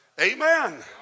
Amen